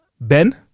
Ben